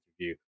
interview